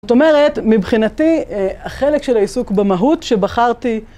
זאת אומרת, מבחינתי, החלק של העיסוק במהות שבחרתי